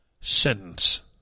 sentence